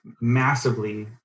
massively